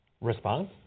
Response